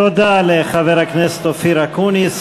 תודה לחבר הכנסת אופיר אקוניס,